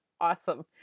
awesome